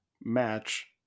match